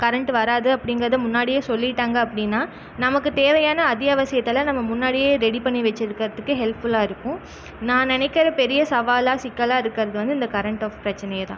current வராது அப்படிங்கறத முன்னாடியே சொல்லிவிட்டாங்க அப்படினா நமக்கு தேவையான அத்தியாவசித்தலான் நம்ம முன்னாடியே ரெடி பண்ணி வச்சியிருக்குறதுக்கு ஹெல்ப்ஃபுல்லாக இருக்கும் நான் நினைக்கிற பெரிய சவாலாக சிக்கலாக இருக்கிறது வந்து இந்த கரண்ட் ஆஃப் பிரச்சனையதான்